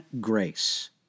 grace